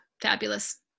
fabulous